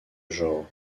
genre